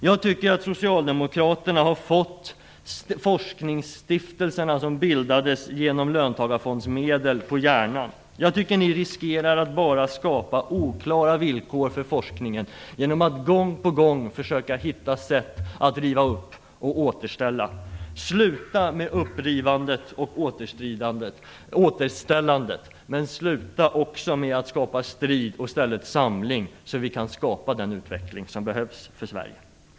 Jag tycker att socialdemokraterna har fått de forskningsstiftelser som bildades genom löntagarfondsmedel på hjärnan. Ni riskerar att bara skapa oklara villkor för forskningen genom att gång på gång försöka hitta sätt att riva upp och återställa. Sluta med upprivandet och återställandet! Och sluta också med att skapa strid, och skapa i stället samling! Då kan vi skapa den utveckling som behövs för Sverige.